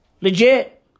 Legit